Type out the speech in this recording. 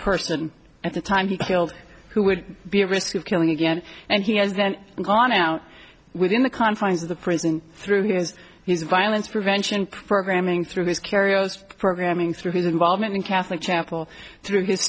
person at the time he killed who would be a risk of killing again and he has then gone out within the confines of the prison through his use of violence prevention programming through his kerio programming through his involvement in catholic chapel through his